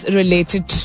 related